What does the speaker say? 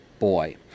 boy